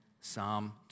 Psalm